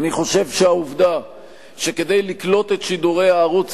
אני חושב שהעובדה שכדי לקלוט את שידורי הערוץ